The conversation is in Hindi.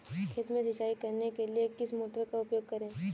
खेत में सिंचाई करने के लिए किस मोटर का उपयोग करें?